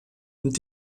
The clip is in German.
und